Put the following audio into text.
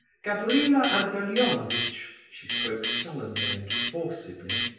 gavrila ardalionovitch, she spoke solemnly and forcibly,